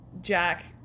Jack